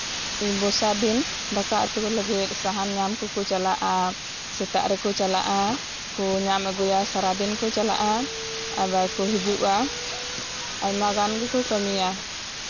ᱵᱚᱨᱥᱟ ᱫᱤᱱ ᱫᱟᱠᱟ ᱩᱛᱩ ᱞᱟᱹᱜᱤᱫ ᱥᱟᱦᱟᱱ ᱧᱟᱢ ᱠᱚᱠᱚ ᱪᱟᱞᱟᱜᱼᱟ ᱥᱮᱛᱟᱜ ᱨᱮᱠᱚ ᱪᱟᱞᱟᱜᱼᱟ ᱧᱟᱢ ᱟᱹᱜᱩᱭᱟ ᱥᱟᱨᱟᱫᱤᱱ ᱠᱚ ᱪᱟᱞᱟᱜᱼᱟ ᱟᱵᱟᱨ ᱠᱚ ᱦᱤᱡᱩᱜᱼᱟ ᱟᱭᱢᱟ ᱜᱟᱱ ᱜᱮᱠᱚ ᱠᱟᱹᱢᱤᱭᱟ